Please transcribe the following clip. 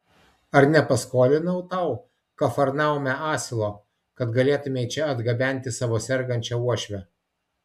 ar nepaskolinau tau kafarnaume asilo kad galėtumei čia atgabenti savo sergančią uošvę